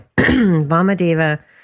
Vamadeva